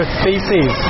species